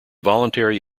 voluntary